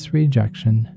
rejection